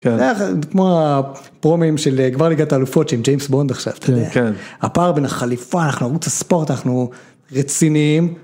כמו הפרומים של גמר ליגת האלופות שעם ג'יימס בונד עכשיו, אתה יודע. הפער בן החליפה, אנחנו ערוץ הספורט, אנחנו רציניים.